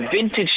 vintage